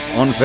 on